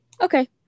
okay